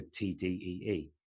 TDEE